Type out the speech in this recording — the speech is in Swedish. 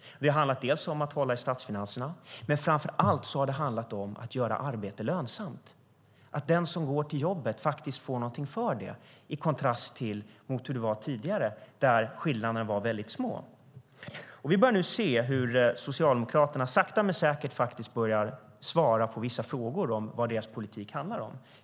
Det har dels handlat om att hålla i statsfinanserna, dels och framför allt om att göra arbete lönsamt, att den som går till jobbet faktiskt får någonting för det i kontrast till hur det var tidigare då skillnaderna var små. Vi ser nu hur Socialdemokraterna sakta men säkert börjar svara på vissa frågor om vad deras politik handlar om.